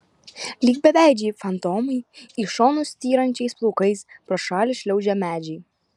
lyg beveidžiai fantomai į šonus styrančiais plaukais pro šalį šliaužė medžiai